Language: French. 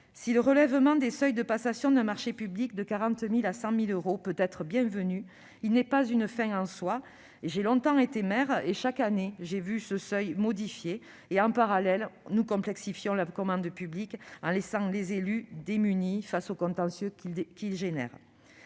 Si le relèvement des seuils de passation d'un marché public de 40 000 euros à 100 000 euros peut être bienvenu, il n'est pas une fin en soi. J'ai longtemps été maire et, chaque année, j'ai vu ce seuil être modifié pendant que nous complexifiions la commande publique en laissant les élus démunis face au contentieux que cela génère.